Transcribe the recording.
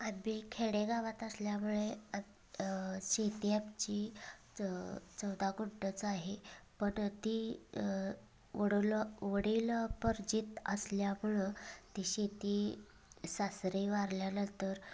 आम्ही खेडेगावात असल्यामुळे शेती आमची चौ चौदा गुंठच आहे पण ती वडोलो वडीलोपार्जीत असल्यामुळं ती शेती सासरे वारल्यानंतर